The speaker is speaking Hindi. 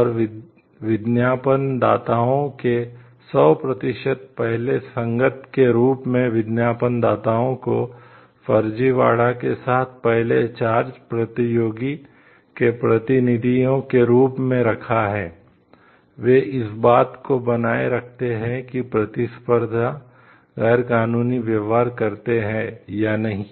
और विज्ञापनदाताओं ने 100 प्रतिशत पहले संगत के रूप में विज्ञापनदाताओं को फर्जीवाड़ा के साथ पहले चार्ज प्रतियोगी के प्रतिनिधियों के रूप में रखा है वे इस बात को बनाए रखते हैं कि प्रतिस्पर्धी गैरकानूनी व्यवहार करते हैं या नहीं